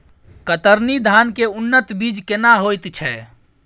कतरनी धान के उन्नत बीज केना होयत छै?